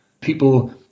people